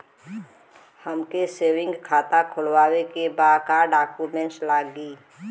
हमके सेविंग खाता खोलवावे के बा का डॉक्यूमेंट लागी?